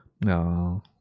No